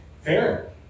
Fair